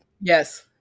Yes